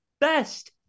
best